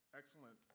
excellent